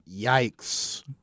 Yikes